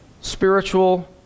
spiritual